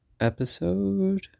episode